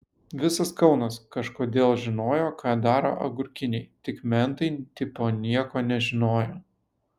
visas kaunas kažkodėl žinojo ką daro agurkiniai tik mentai tipo nieko nežinojo